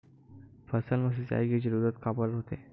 फसल मा सिंचाई के जरूरत काबर होथे?